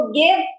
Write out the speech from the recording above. give